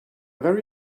very